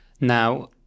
Now